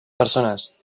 persones